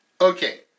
Okay